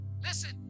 Listen